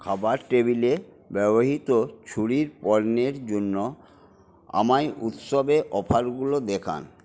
খাবার টেবিলে ব্যবহৃত ছুরির পণ্যের জন্য আমায় উৎসবের অফারগুলো দেখান